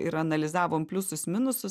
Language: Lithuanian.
ir analizavom pliusus minusus